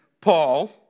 Paul